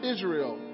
Israel